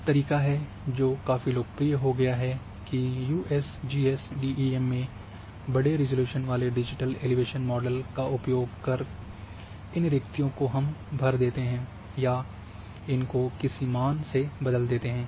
एक तरीका है जो काफ़ी लोकप्रिय हो गया है की यूएसजीएस डीईएम में बड़े रिज़ॉल्यूशन वाले डिजिटल एलीवेशन मॉडल का उपयोग कर इन रिक्कतियों को हम भर देते हैं या इनको किसी मान से बदल देते हैं